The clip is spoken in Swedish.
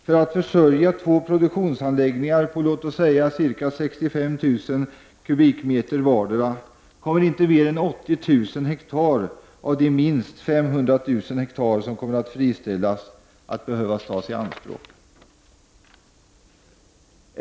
För att försörja två produktionsanläggningar på låt oss säga ca 65 000 m? vardera kommer inte mer än 80 000 ha av de minst 500 000 ha som kommer att friställas att behöva tas i anspråk.